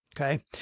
Okay